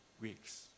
weeks